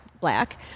black